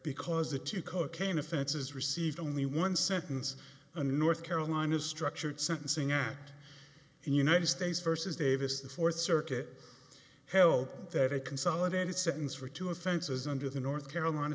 because the two cocaine offenses received only one sentence a north carolina structured sentencing act united states versus davis the fourth circuit held that a consolidated sentence for two offenses under the north carolina